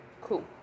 Cool